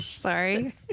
sorry